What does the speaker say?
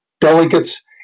delegates